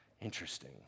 Interesting